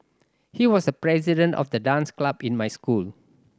he was the president of the dance club in my school